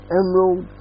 emerald